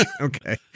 Okay